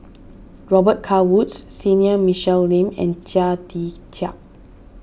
Robet Carr Woods Senior Michelle Lim and Chia Tee Chiak